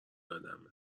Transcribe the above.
یادمه